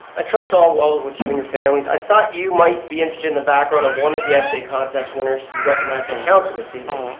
i trust all well with you and your families, i thought you might be interested in the background of one of the essay contest winners to be recognized at council this evening.